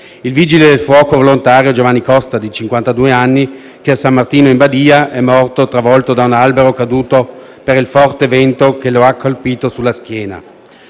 il vigile del fuoco volontario Giovanni Costa, di cinquantadue anni, che a San Martino in Badia è morto travolto da un albero caduto per il forte vento, che lo ha colpito sulla schiena.